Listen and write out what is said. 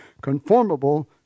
conformable